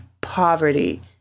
poverty